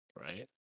Right